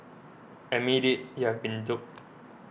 admit it you have been duped